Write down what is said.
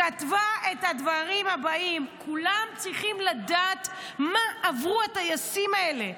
כתבה את הדברים הבאים כולם צריכים לדעת מה עברו הטייסים האלה,